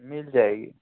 मिल जाएगी